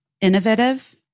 innovative